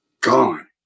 gone